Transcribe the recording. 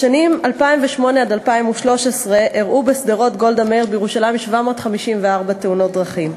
בשנים 2008 2013 אירעו בשדרות גולדה מאיר בירושלים 754 תאונות דרכים,